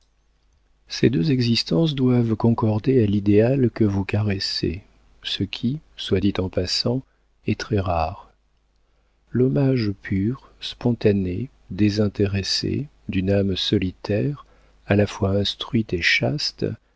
ces deux existences doivent concorder à l'idéal que vous caressez ce qui soit dit en passant est très rare l'hommage pur spontané désintéressé d'une âme solitaire à la fois instruite et chaste